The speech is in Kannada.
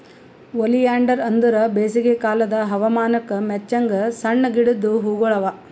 ಒಲಿಯಾಂಡರ್ ಅಂದುರ್ ಬೇಸಿಗೆ ಕಾಲದ್ ಹವಾಮಾನಕ್ ಮೆಚ್ಚಂಗ್ ಸಣ್ಣ ಗಿಡದ್ ಹೂಗೊಳ್ ಅವಾ